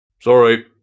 Sorry